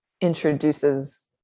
introduces